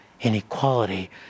inequality